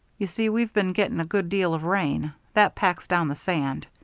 you see we've been getting a good deal of rain. that packs down the sand.